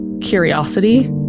curiosity